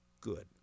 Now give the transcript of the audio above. good